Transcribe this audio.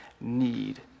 need